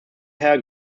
herr